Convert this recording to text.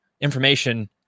information